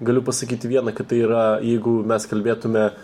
galiu pasakyti viena kad tai yra jeigu mes kalbėtume